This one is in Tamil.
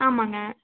ஆமாம்ங்க